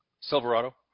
Silverado